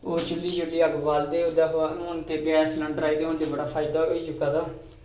ओह् सि'ल्ली सि'ल्ली अग्ग बालदे हे ते हून उ फायदा होई गेदा गैस सलैंडर आई गेदे